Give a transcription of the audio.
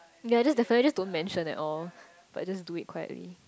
ya that's why just don't mention at all but just do it quietly